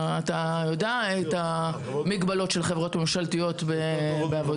אתה יודע את המגבלות של חברות ממשלתיות בעבודה.